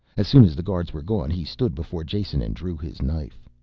as soon as the guards were gone he stood before jason and drew his knife.